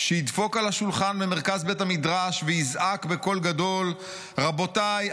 שידפוק על השולחן במרכז בית המדרש ויזעק בקול גדול 'רבותיי,